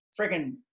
friggin